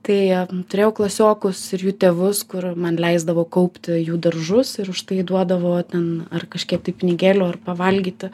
tai turėjau klasiokus ir jų tėvus kur man leisdavo kaupti jų daržus ir už tai duodavo ten ar kažkiek tai pinigėlių ar pavalgyti